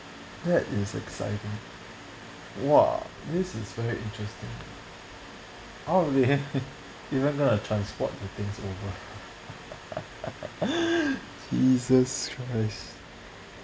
that is exciting !wow! this is very interesting how are they even gonna transport the things over jesus christ